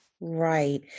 Right